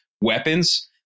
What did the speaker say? weapons